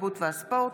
התרבות והספורט,